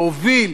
להוביל,